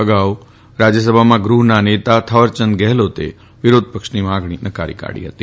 અગાઉ રાજ્યસભામાં ગૃહના નેતા થાવરચંદ ગેહલોતે વિરોધપક્ષની માગણી નકારી કાઢી હતી